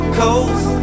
coast